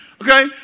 Okay